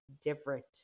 different